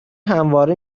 همواره